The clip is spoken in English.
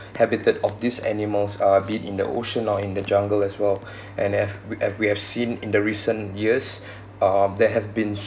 habitat of these animals uh be it in the ocean or in the jungle as well and have we have we have seen in the recent years uh there have been